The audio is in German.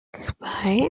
zwei